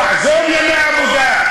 לא, עזוב ימי עבודה.